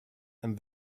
and